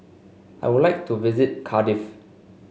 I would like to visit Cardiff